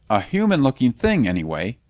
a human looking thing, anyway!